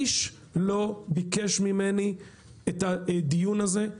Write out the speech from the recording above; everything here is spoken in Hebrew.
איש לא ביקש ממני את הדיון הזה.